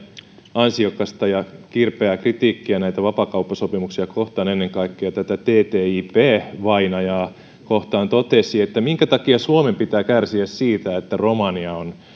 ansiokasta ja kirpeää kritiikkiä näitä vapaakauppasopimuksia kohtaan ja ennen kaikkea ttip vainajaa kohtaan totesi että minkä takia suomen pitää kärsiä siitä että romania on